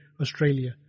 Australia